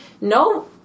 no